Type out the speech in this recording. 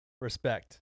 respect